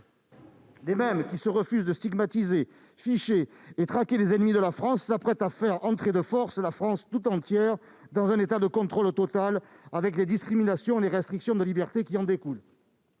Les mêmes qui se refusent à stigmatiser, ficher et traquer les ennemis de la France s'apprêtent à faire entrer de force la France tout entière dans un état de contrôle total, avec les discriminations et les restrictions de liberté qui en découlent.